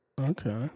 Okay